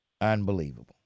Unbelievable